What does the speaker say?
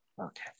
Okay